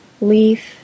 leaf